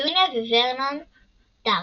פטוניה וורנון דרסלי,